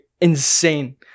insane